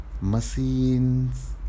machines